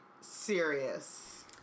serious